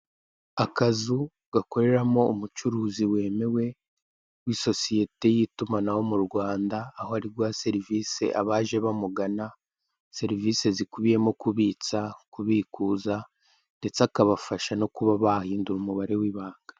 Akazu gakoreramo umucuruzi wemewe w'isosiyete y'itumanaho mu Rwanda, aho ari guha serivise abaje bamugana, serivise zikubiyemo kubitsa, kubikuza ndetse akabafasha no kuba bahindura umubare w'ibanga.